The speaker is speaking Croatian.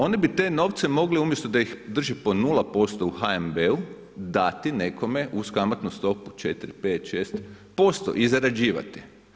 Oni bi te novce mogli, umjesto da ih drže po 0% u HNB-u dati nekome uz kamatnu stopu 4, 5, 6% i zarađivati.